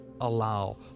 allow